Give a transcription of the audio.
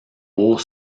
bourg